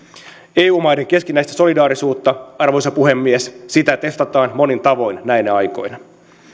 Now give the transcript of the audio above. eu maiden keskinäistä solidaarisuutta arvoisa puhemies testataan monin tavoin näinä aikoina